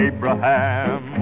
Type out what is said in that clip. Abraham